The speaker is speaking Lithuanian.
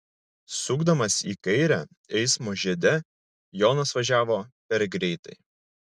sukdamas į kairę eismo žiede jonas važiavo per greitai